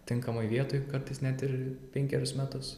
tinkamoj vietoj kartais net ir penkerius metus